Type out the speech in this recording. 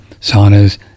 saunas